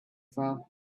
far